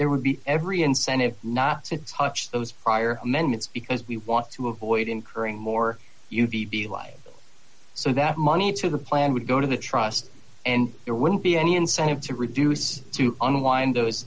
there would be every incentive not to touch those amendments because we want to avoid incurring more u v b life so that money to the plan would go to the trust and there wouldn't be any incentive to reduce to unwind those